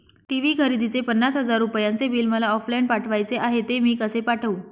TV खरेदीचे पन्नास हजार रुपयांचे बिल मला ऑफलाईन पाठवायचे आहे, ते मी कसे पाठवू?